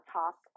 top